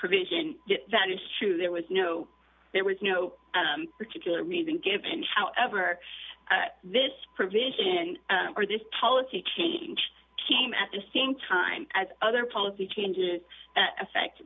provision that issue there was no there was no particular reason given however this provision and or this policy change came at the same time as other policy changes affect